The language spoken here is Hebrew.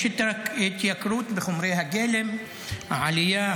יש התייקרות של חומרי הגלם, העלייה